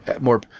more